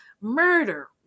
murder